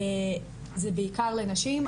זה בעיקר לנשים.